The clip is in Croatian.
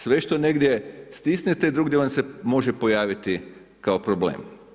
Sve što negdje stisnete, drugdje vam se može pojaviti kao problem.